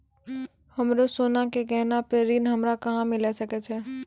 हमरो सोना के गहना पे ऋण हमरा कहां मिली सकै छै?